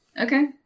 Okay